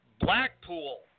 Blackpool